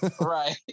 right